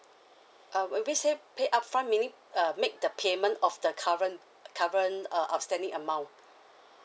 uh when when we say pay upfront meaning uh make the payment of the current current uh outstanding amount